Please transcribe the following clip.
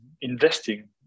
investing